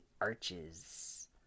arches